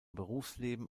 berufsleben